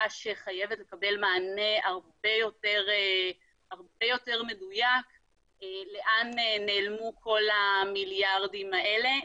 שאלה שחייבת לקבל מענה הרבה יותר מדויק לאן נעלמו כל המיליארדים האלה.